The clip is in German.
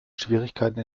schwierigkeiten